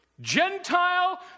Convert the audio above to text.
Gentile